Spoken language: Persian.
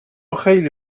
خیلی